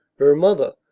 her mother,